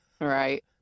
Right